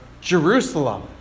Jerusalem